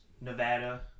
Nevada